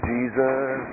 Jesus